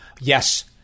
Yes